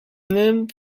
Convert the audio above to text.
named